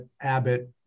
Abbott